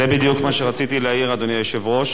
זה בדיוק מה שרציתי להעיר, אדוני היושב-ראש.